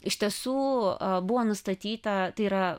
iš tiesų buvo nustatyta tai yra